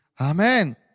Amen